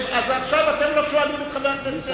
אז עכשיו אתם לא שואלים את חבר הכנסת אלקין.